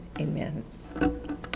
amen